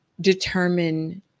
determine